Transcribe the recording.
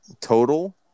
Total